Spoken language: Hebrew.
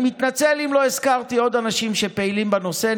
אני מתנצל אם לא הזכרתי עוד אנשים שפעילים בנושא.